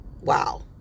wow